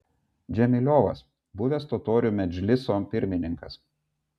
džemiliovas buvęs totorių medžliso pirmininkas